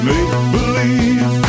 Make-believe